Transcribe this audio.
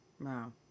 wow